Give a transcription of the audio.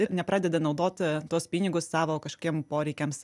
ir nepradeda naudot tuos pinigus savo kažkokiem poreikiams